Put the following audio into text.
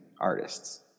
artists